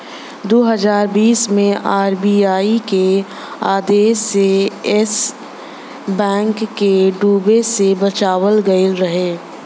दू हज़ार बीस मे आर.बी.आई के आदेश से येस बैंक के डूबे से बचावल गएल रहे